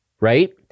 Right